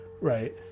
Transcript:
right